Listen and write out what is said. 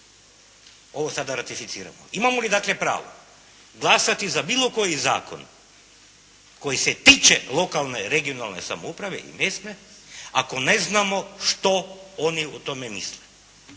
Ovo sada dakle, ratificiramo. Imamo li dakle, pravo glasati za bilo koji zakon koji se tiče lokalne, regionalne samouprave i mjesne, ako ne znamo što oni o tome misle.